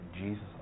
Jesus